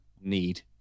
need